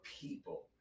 people